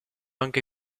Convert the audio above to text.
anche